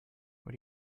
what